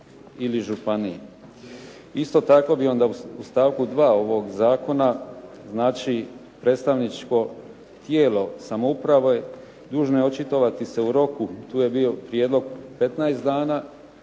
ili županiji. Isto tako bih onda u stavku 2. ovoga Zakona znači predstavničko tijelo samouprave dužno je očitovati se u roku, tu je bio prijedlog 15 dana,